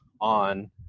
on